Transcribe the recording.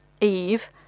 Eve